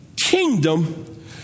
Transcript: kingdom